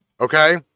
okay